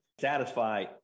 satisfy